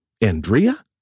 Andrea